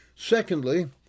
Secondly